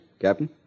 Captain